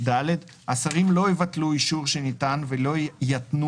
השרים לא יבטלו אישור שניתן ולא יתנו